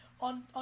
on